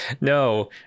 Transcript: no